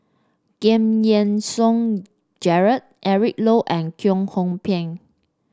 Giam Yean Song Gerald Eric Low and Kwek Hong Png